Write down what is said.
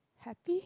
happy